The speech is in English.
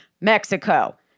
Mexico